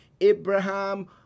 abraham